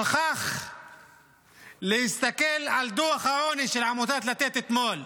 שכח להסתכל על דוח העוני של עמותת לתת אתמול: